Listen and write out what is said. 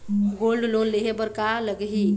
Gold loan लेहे बर का लगही?